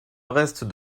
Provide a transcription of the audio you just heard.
reste